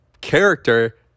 character